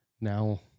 now